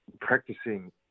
practicing